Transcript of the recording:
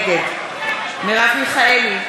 נגד מרב מיכאלי,